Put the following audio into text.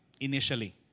initially